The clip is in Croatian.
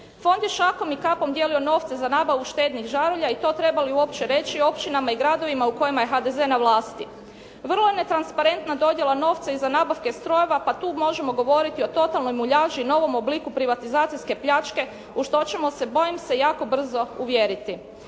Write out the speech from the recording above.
Fond je šakom i kapom dijelio novce za nabavu štednih žarulja i to treba li uopće reći općinama i gradovima u kojima je HDZ na vlasti. Vrlo je netransparentna dodjela novca i za nabavke strojeva pa tu možemo govoriti o totalnoj muljaži, novom obliku privatizacijske pljačke u što ćemo se bojim se jako brzo uvjeriti.